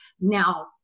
Now